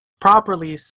properly